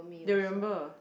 they remember